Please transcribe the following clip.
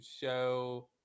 show